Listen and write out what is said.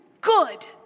good